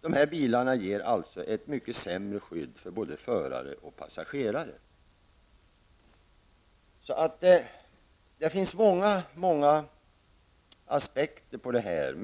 Dessa bilar ger alltså ett mycket sämre skydd för både förare och passagerare. Det finns många aspekter på den här frågan.